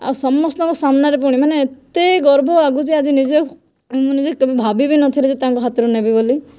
ଆଉ ସମସ୍ତଙ୍କ ସାମ୍ନାରେ ପୁଣି ମାନେ ଏତେ ଗର୍ବ ଲାଗୁଛି ଆଜି ନିଜକୁ ମୁଁ ନିଜେ ଭାବି ବି ନଥିଲି ଯେ ତାଙ୍କ ହାତରୁ ନେବି ବୋଲି